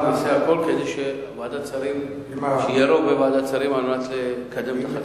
אני אעשה הכול כדי שיהיה רוב בוועדת שרים לקדם את החקיקה.